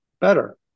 better